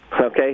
Okay